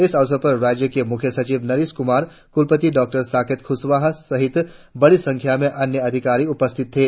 इस अवसर पर राज्य के मुख्य सचिव नरेश कुमार कुलपति डॉ साकेत कुशवाहा सहित बड़ी संख्या में अन्य अधिकारी उपस्थित थे